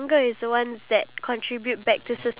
ya and it is kind of sad